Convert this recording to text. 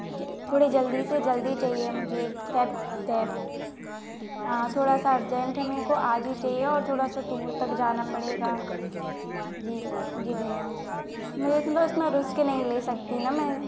जी थोड़ी जल्दी से जल्दी चाहिए मुझे एक कैप कैब हाँ थोड़ा सा अर्जेंट है मेरे को आज ही चाहिए और थोड़ा सा दूर तक जाना पड़ेगा जी जी भैया मेरे पास न रिस्क नहीं ले सकती ना मैं